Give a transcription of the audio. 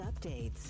updates